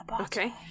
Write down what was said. Okay